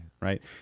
Right